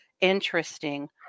interesting